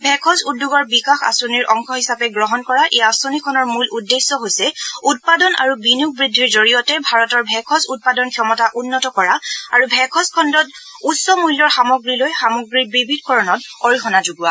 ভেষজ উদ্যোগৰ বিকাশ আঁচনিৰ অংশ হিচাপে গ্ৰহণ কৰা এই আঁচনিখনৰ মূল উদ্দেশ্য হৈছে উৎপাদন আৰু বিনিয়োগ বৃদ্ধিৰ জৰিয়তে ভাৰতৰ ভেষজ উৎপাদন ক্ষমতা উন্নত কৰা আৰু ভেষজ খণ্ডত উচ্চ মূল্যৰ সামগ্ৰীলৈ সামগ্ৰীৰ বিবিধকৰণত অৰিহণা যোগোৱা